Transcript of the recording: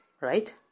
right